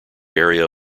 area